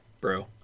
Bro